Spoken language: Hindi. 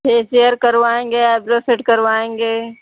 फेसियर करवाएंगे ऑईब्रो सेट करवाएंगे